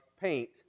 paint